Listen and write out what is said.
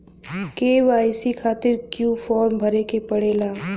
KYC खातिर क्यूं form भरे के पड़ेला?